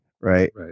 right